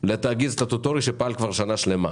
לתאגיד סטטוטורי שפעל כבר שנה שלמה.